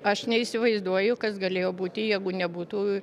aš neįsivaizduoju kas galėjo būti jeigu nebūtų